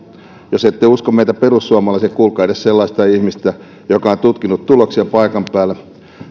jos ette usko meitä perussuomalaisia kuulkaa edes sellaista ihmistä joka on tutkinut tuloksia paikan päällä